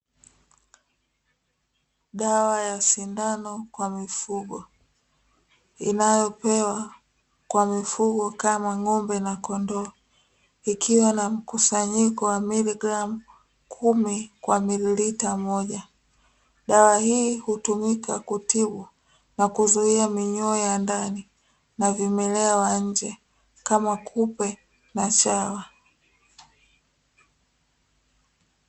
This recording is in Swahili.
Dawa ya sindano kwa mifugo inayopewa kwa mifugo kama ng'ombe na kondoo ikiwa na mkusanyiko wa miligramu kumi kwa mililita moja, dawa hii hutumika kutibu na kuzuia minyoo ya ndani na vimelea wa nje kama kupe na chawa.